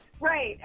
Right